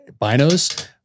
binos